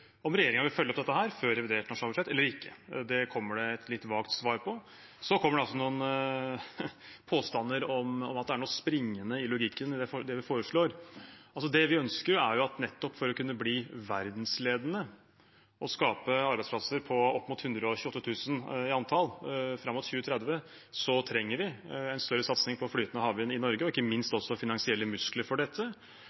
om regjeringen vil følge opp dette før revidert nasjonalbudsjett eller ikke. Det kommer det et litt vagt svar på. Så kommer det noen påstander om at det er noe springende i logikken i det vi foreslår. Det vi ønsker, nettopp for å kunne bli verdensledende og skape opp mot 128 000 arbeidsplasser fram mot 2030, er en større satsing på flytende havvind i Norge, og ikke minst